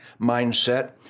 mindset